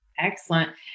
Excellent